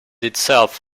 itself